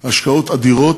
השקעות אדירות.